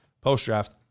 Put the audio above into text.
Post-draft